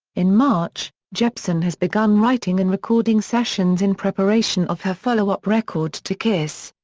in march, jepsen has begun writing and recording sessions in preparation of her follow-up record to kiss.